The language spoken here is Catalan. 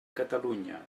catalunya